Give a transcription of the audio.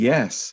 Yes